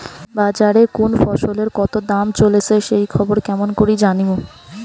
বাজারে কুন ফসলের কতো দাম চলেসে সেই খবর কেমন করি জানীমু?